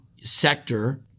sector